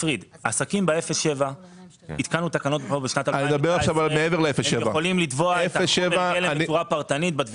עסקים ב-0 עד 7 יכולים לתבוע בצורה פרטנית.